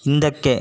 ಹಿಂದಕ್ಕೆ